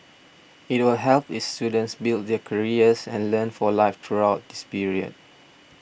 it will help its students build their careers and learn for life throughout this period